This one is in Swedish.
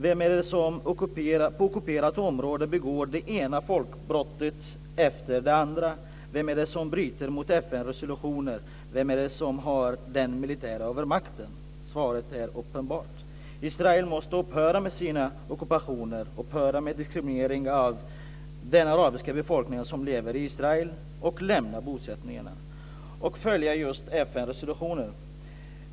Vem är det som på ockuperat område begår det ena folkbrottet efter det andra? Vem är det som bryter mot FN-resolutioner? Vem är det som har den militära övermakten? Svaret är uppenbart. Israel måste upphöra med sina ockupationer, upphöra med diskriminering av den arabiska befolkning som lever i Israel, lämna bosättningarna och följa just FN-resolutionerna.